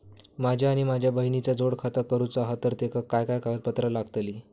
माझा आणि माझ्या बहिणीचा जोड खाता करूचा हा तर तेका काय काय कागदपत्र लागतली?